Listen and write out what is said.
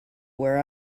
where